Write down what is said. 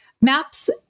maps